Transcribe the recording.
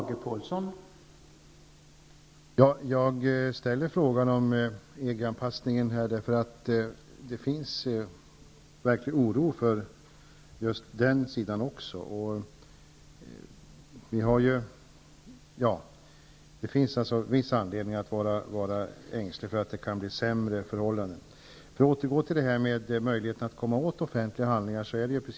Herr talman! Jag frågade om EG-anpassningen därför att det verkligen finns oro också i just det sammanhanget. Det finns alltså viss anledning att befara att förhållandena kan bli sämre. För att återgå till frågan om möjligheterna att komma åt offentliga handlingar vill jag säga följande.